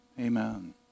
amen